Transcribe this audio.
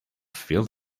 field